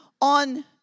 on